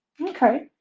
Okay